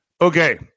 Okay